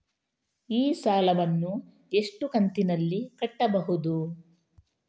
ಈ ಸಾಲವನ್ನು ಎಷ್ಟು ಕಂತಿನಲ್ಲಿ ಕಟ್ಟಬಹುದು?